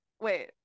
Wait